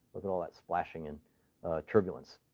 look at all that splashing and turbulence.